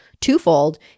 twofold